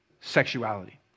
sexuality